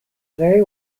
very